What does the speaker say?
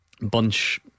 Bunch